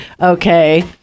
Okay